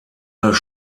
das